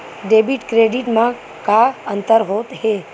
Debit credit मा का अंतर होत हे?